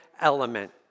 element